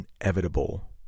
inevitable